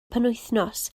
penwythnos